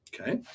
Okay